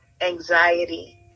anxiety